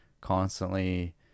constantly –